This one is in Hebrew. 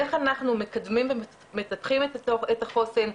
איך אנחנו מקדמים ומטפחים את החוסן,